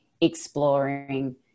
exploring